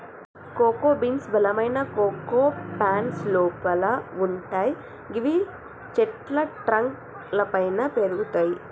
cocoa beans బలమైన cocoa pods లోపల వుంటయ్ గివి చెట్ల ట్రంక్ లపైన పెరుగుతయి